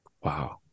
Wow